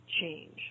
change